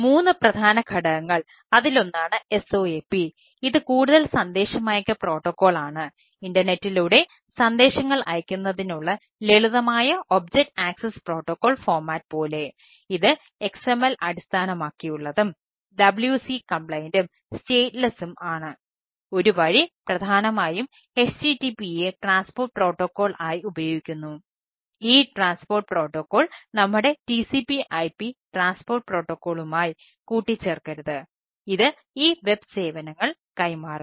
മൂന്ന് പ്രധാന ഘടകങ്ങൾ അതിലൊന്നാണ് SOAP ഇത് കൂടുതൽ സന്ദേശമയയ്ക്കൽ പ്രോട്ടോക്കോൾ സേവനങ്ങൾ കൈമാറുന്നു